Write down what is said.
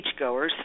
Beachgoers